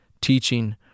teaching